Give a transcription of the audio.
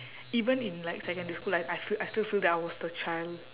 even in like secondary school I I f~ I still feel that I was the child